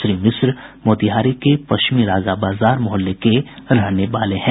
श्री मिश्र मोतिहारी के पश्चिमी राजाबाजार मोहल्ला के रहने वाले हैं